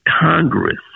Congress